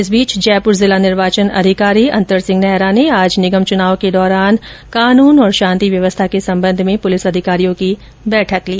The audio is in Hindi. इस बीच जयपुर जिला निर्वाचन अधिकारी और जिला कलेक्टर अन्तर सिंह नेहरा ने आज निगम चुनाव के दौरान कानून और शांति व्यवस्था के सम्बन्ध में पुलिस अधिकारियों की बैठक ली